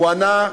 הוא ענה: